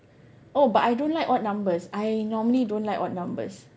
oh but I don't like odd numbers I normally don't like odd numbers